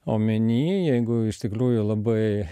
omeny jeigu iš tikrųjų labai